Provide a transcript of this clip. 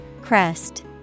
Crest